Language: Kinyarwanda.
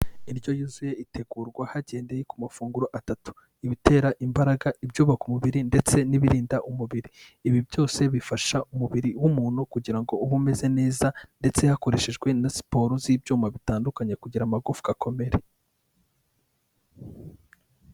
Indyo yuzuye itegurwa hagendeye ku mafunguro atatu, ibitera imbaraga, ibyubaka umubiri ndetse n'ibirinda umubiri, ibi byose bifasha umubiri w'umuntu kugira ngo ube umeze neza ndetse hakoreshejwe na siporo z'ibyuma bitandukanye kugira amagufwa akomere.